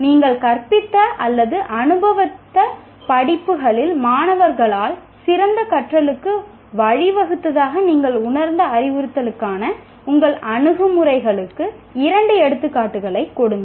நீங்கள் கற்பித்த அல்லது அனுபவித்த படிப்புகளில் மாணவர்களால் சிறந்த கற்றலுக்கு வழிவகுத்ததாக நீங்கள் உணர்ந்த அறிவுறுத்தலுக்கான உங்கள் அணுகுமுறைகளுக்கு இரண்டு எடுத்துக்காட்டுகளைக் கொடுங்கள்